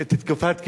את תקופת כהונתו,